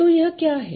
तो यह क्या है